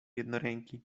jednoręki